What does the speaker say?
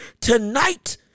tonight